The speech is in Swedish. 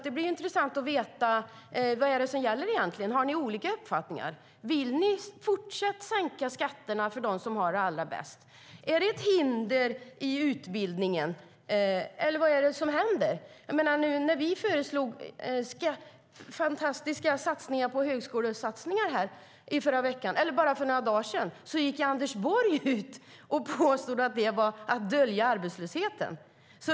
Det blir intressant att få veta vad som egentligen gäller. Har ni olika uppfattningar? Vill ni fortsätta att sänka skatterna för dem som har det allra bäst? Är det ett hinder för utbildningen? Vad händer? När vi för några dagar sedan föreslog fantastiska högskolesatsningar påstod Anders Borg att det var att dölja arbetslösheten.